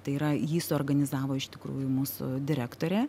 tai yra jį suorganizavo iš tikrųjų mūsų direktorė